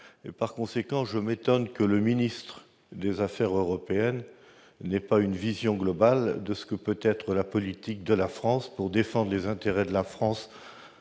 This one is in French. Par conséquent, je m'étonne que le ministre des affaires européennes n'ait pas une vision globale de ce que peut être la politique de la France pour défendre ses intérêts au niveau